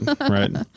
right